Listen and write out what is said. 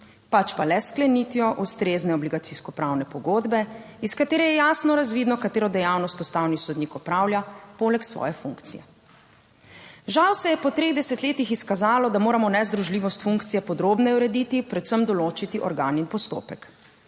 pač pa le s sklenitvijo ustrezne obligacijsko pravne pogodbe, iz katere je jasno razvidno, katero dejavnost ustavni sodnik opravlja poleg svoje funkcije. Žal se je po treh desetletjih izkazalo, da moramo nezdružljivost funkcije podrobneje urediti, predvsem določiti organ in postopek.